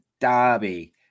Derby